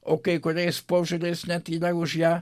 o kai kuriais požiūriais net už ją